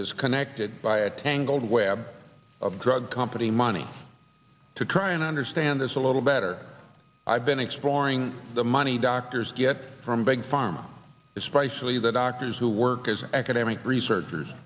is connected by a tangled web of drug company money to try and understand this a little better i've been exploring the money doctors get from big pharma especially the doctors who work as an academic researchers